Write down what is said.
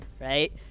right